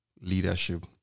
leadership